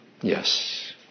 Yes